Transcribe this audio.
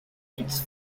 its